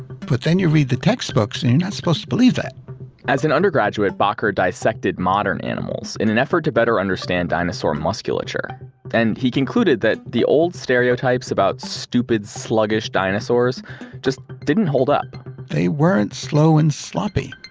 but then you read the textbooks and you're not supposed to believe that as an undergraduate, bakker dissected modern animals in an effort to better understand dinosaur muscleature. and he concluded that the old stereotypes about stupid, sluggish dinosaurs just didn't hold up they weren't slow and sloppy!